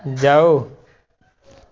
ਜਾਓ